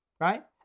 right